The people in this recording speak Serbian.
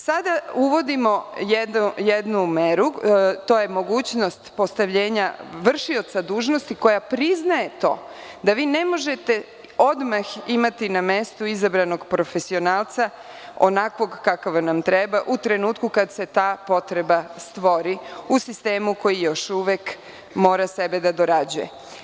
Sada uvodimo jednu meru, a to je mogućnost postavljenja vršioca dužnosti koja priznaje to da vi ne možete odmah imati na mestu izabranog profesionalca onakvog kakav vam treba u trenutku kada se ta potreba stvori u sistemu koji mora sebe da dorađuje.